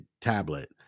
tablet